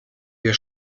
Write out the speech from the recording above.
wir